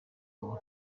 ubu